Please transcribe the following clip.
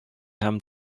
һәм